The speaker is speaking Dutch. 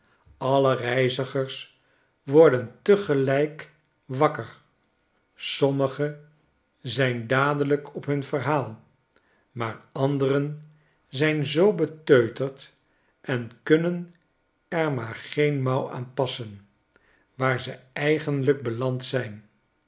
alle reizigers worden tegelijk wakker sommigen zijn dadelijk op hun verhaal maar anderen zijn zoo beteuterd en kunnen er maar geen mouw aan passen waar ze eigenlijk beland zijn